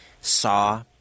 saw